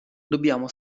dobbiamo